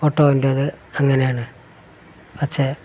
ഓട്ടോവിൻറ്റേത് അങ്ങനെയാണ് പക്ഷേ